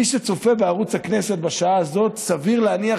מי שצופה בערוץ הכנסת בשעה הזאת סביר להניח